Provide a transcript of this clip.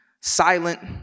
silent